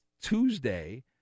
Tuesday